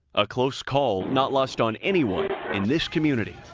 a close call not lost on anyone in this community.